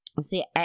See